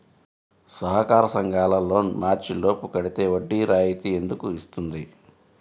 సహకార సంఘాల loan March లోపు కట్టితే వడ్డీ రాయితీ ఎందుకు ఇస్తుంది?